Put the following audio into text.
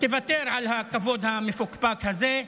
תוותר על הכבוד המפוקפק הזה,